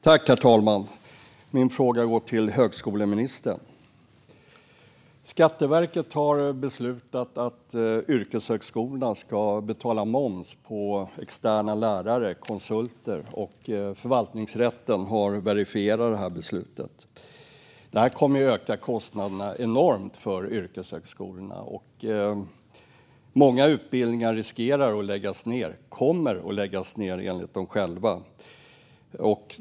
Herr talman! Min fråga går till högskoleministern. Skatteverket har beslutat att yrkeshögskolorna ska betala moms på externa lärare, konsulter. Förvaltningsrätten har verifierat det beslutet. Det kommer att öka kostnaderna enormt för yrkeshögskolorna. Många utbildningar riskerar att läggas ned och kommer att läggas ned enligt yrkeshögskolorna själva.